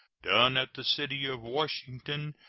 done at the city of washington,